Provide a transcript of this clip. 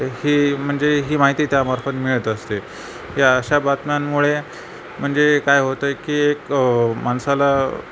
ही म्हणजे ही माहिती त्यामार्फत मिळत असते या अशा बातम्यांमुळे म्हणजे काय होतं आहे की एक माणसाला